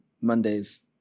mondays